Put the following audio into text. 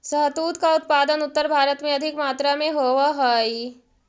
शहतूत का उत्पादन उत्तर भारत में अधिक मात्रा में होवअ हई